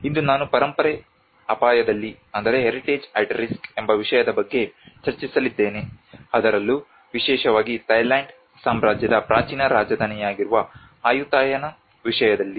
ಇಂದು ನಾನು ಪರಂಪರೆ ಅಪಾಯದಲ್ಲಿ ಎಂಬ ವಿಷಯದ ಬಗ್ಗೆ ಚರ್ಚಿಸಲಿದ್ದೇನೆ ಅದರಲ್ಲೂ ವಿಶೇಷವಾಗಿ ಥೈಲ್ಯಾಂಡ್ ಸಾಮ್ರಾಜ್ಯದ ಪ್ರಾಚೀನ ರಾಜಧಾನಿಯಾಗಿರುವ ಆಯುಥಾಯನ ವಿಷಯದಲ್ಲಿ